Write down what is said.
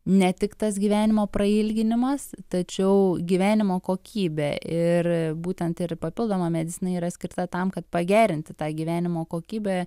ne tik tas gyvenimo prailginimas tačiau gyvenimo kokybė ir būtent ir papildoma medicina yra skirta tam kad pagerinti tą gyvenimo kokybę